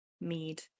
mead